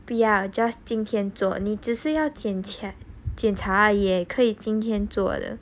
不要 just 今天做你只是要剪检查而已耶可以今天做的